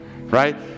Right